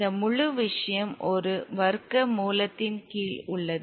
இந்த முழு விஷயம் ஒரு வர்க்க மூலத்தின் கீழ் உள்ளது